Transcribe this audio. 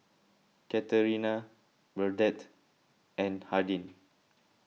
Katarina Burdette and Hardin